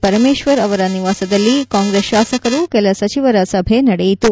ಪರಮೇಶ್ವರ್ ಅವರ ನಿವಾಸದಲ್ಲಿ ಕಾಂಗ್ರೆಸ್ ಶಾಸಕರ ಕೆಲ ಸಚಿವರೊಂದಿಗೆ ಸಭೆ ನಡೆಯಿತು